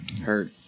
Hurt